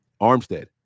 Armstead